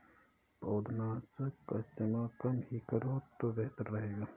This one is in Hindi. पौधनाशक का इस्तेमाल कम ही करो तो बेहतर रहेगा